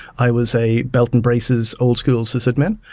i was a belt and braces old-school sysadmin,